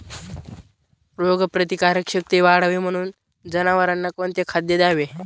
रोगप्रतिकारक शक्ती वाढावी म्हणून जनावरांना कोणते खाद्य द्यावे?